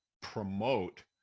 promote